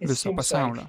viso pasaulio